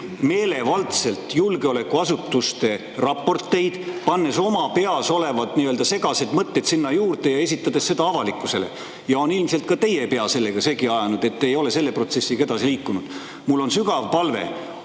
meelevaldselt julgeolekuasutuste raporteid, pannes oma peas olevad nii-öelda segased mõtted sinna juurde ja esitades seda avalikkusele. Ta on ilmselt ka teie pea segi ajanud, nii et te ei ole selle protsessiga edasi liikunud. Mul on sügav palve: